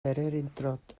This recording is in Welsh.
bererindod